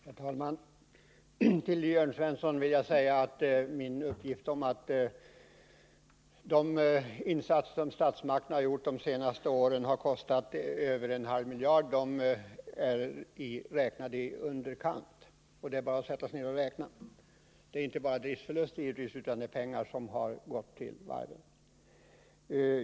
Herr talman! Till Jörn Svensson vill jag säga att uppgiften om att de insatser som statsmakterna gjort de senaste åren har kostat över en halv miljard är beräknad i underkant. Det är bara att sätta sig ner och räkna. Det är givetvis inte bara driftsförluster, utan det är pengar som har gått till varven.